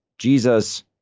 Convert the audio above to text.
Jesus